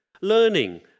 learning